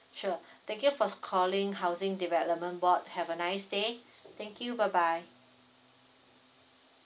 sure thank you for calling housing development board have a nice day thank you bye bye